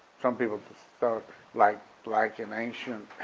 some people thought like like in ancient,